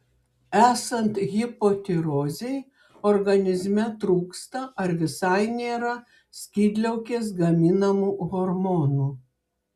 esant hipotirozei organizme trūksta ar visai nėra skydliaukės gaminamų hormonų